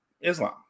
Islam